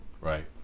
right